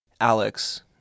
Alex